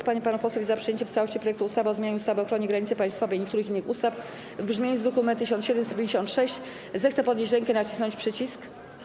Kto z pań i panów posłów jest za przyjęciem w całości projektu ustawy o zmianie ustawy o ochronie granicy państwowej i niektórych innych ustaw w brzmieniu z druku nr 1756, zechce podnieść rękę i nacisnąć przycisk.